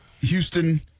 Houston